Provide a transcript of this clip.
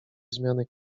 zmiany